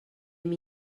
hem